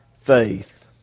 faith